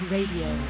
Radio